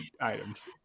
items